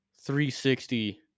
360